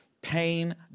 pain